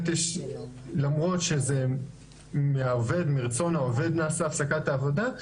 למרות שמרצון העובד נעשה הפסקת העבודה,